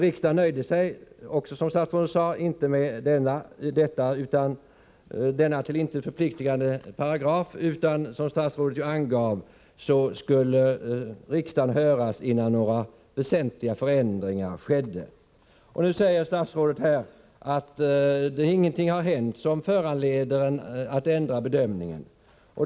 Riksdagen nöjde sig emellertid inte med denna till intet förpliktande paragraf, utan — som statsrådet ju angav — riksdagen skulle höras innan några väsentliga förändringar skedde. I sitt svar säger statsrådet att ingenting har hänt som föranleder statsmakterna att ändra bedömningen.